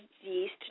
yeast